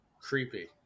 creepy